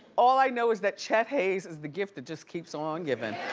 all i know is that chet hayes is the gift that just keeps on givin'.